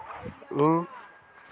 ᱤᱧ